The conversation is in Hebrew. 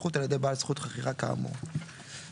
אחר כך גם אם עירייה באה ומנסה ליזום משהו אומרים לה לא,